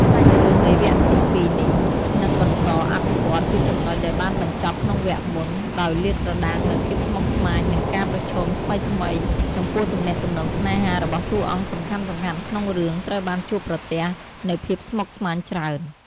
សាច់រឿងនៃវគ្គទី២នេះ នឹងបន្តអភិវឌ្ឍន៍ពីចំណុចដែលបានបញ្ចប់ក្នុងវគ្គមុន ដោយលាតត្រដាងនូវភាពស្មុគស្មាញ និងការប្រឈមថ្មីៗ ចំពោះទំនាក់ទំនងស្នេហារបស់តួអង្គសំខាន់ៗក្នុងរឿង ត្រូវបានជួបប្រទះនូវភាពស្មុគស្មាញច្រើន។